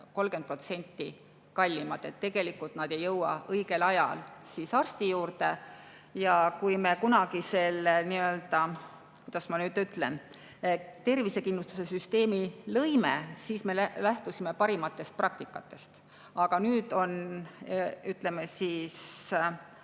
30% suuremad, sest nad ei jõua õigel ajal arsti juurde. Kui me kunagi selle – kuidas ma nüüd ütlen? – tervisekindlustuse süsteemi lõime, siis me lähtusime parimatest praktikatest, aga nüüd on paljud riigid